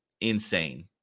insane